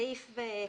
(ב)